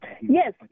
Yes